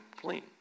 clean